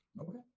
Okay